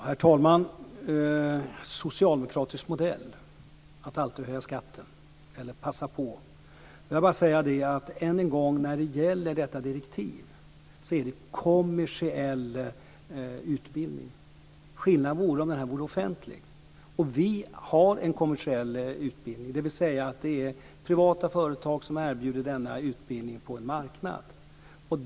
Herr talman! Socialdemokratisk modell, att alltid passa på att höja skatten. Får jag bara än en gång säga att när det gäller detta direktiv handlar det om kommersiell utbildning. Skillnad vore det om den var offentlig. Vi har en kommersiell utbildning, dvs. det är privata företag som erbjuder denna utbildning på en marknad.